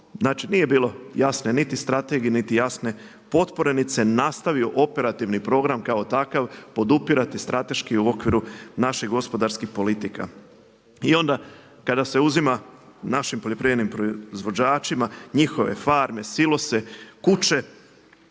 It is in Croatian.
znači nije bilo jasne niti strategije, niti jasne potpore niti se nastavio operativni program kao takav podupirati strateški u okviru naših gospodarskih politika. I onda kada se uzima našim poljoprivrednim proizvođačima njihove farme, silose, kuće